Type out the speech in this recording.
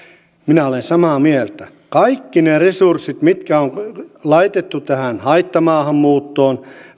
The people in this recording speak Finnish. minä olen samaa mieltä kaikki ne resurssit mitkä on laitettu tähän haittamaahanmuuttoon